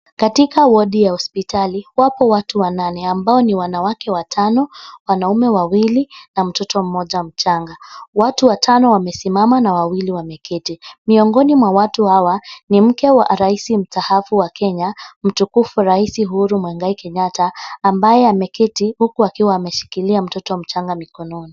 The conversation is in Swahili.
Katika wodi ya hospitali, wapo watu wanane ambao ni wanawake watano na wanaume wawili na mtoto mmoja mchanga. Watu watano wamesimama na wawili wameketi. Miongoni mwa watu hawa ni mke wa rais mstaafu wa Kenya mtufuku Rais Uhuru Mwigai Kenyatta ambaye ameketi huku akiwa ameshikilia mtoto mchanga mikononi.